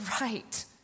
right